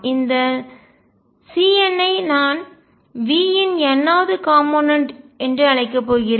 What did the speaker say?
இந்த Cns ஐ நான் V இன் n வது காம்போனென்ட்கூறு என்று அழைக்கப் போகிறேன்